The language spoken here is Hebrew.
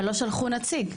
אבל לא שלחו נציג.